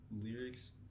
lyrics